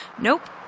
Nope